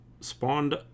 spawned